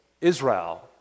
Israel